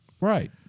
Right